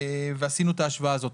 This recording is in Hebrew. ועשינו את ההשוואה הזאת.